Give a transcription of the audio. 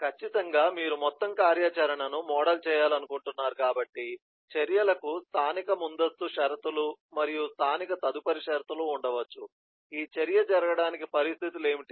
ఖచ్చితంగా మీరు మొత్తం కార్యాచరణను మోడల్ చేయాలనుకుంటున్నారు కాబట్టి చర్యలకు స్థానిక ముందస్తు షరతులు మరియు స్థానిక తదుపరి షరతులు ఉండవచ్చు ఈ చర్య జరగడానికి పరిస్థితులు ఏమిటి